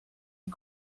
you